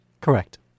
Correct